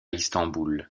istanbul